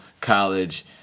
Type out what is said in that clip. college